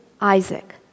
Isaac